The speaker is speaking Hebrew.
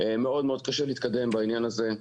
קשה מאוד להתקדם בעניין הזה.